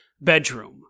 bedroom